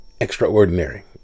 extraordinary